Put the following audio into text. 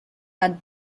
had